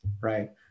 right